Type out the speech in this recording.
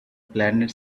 planet